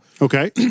okay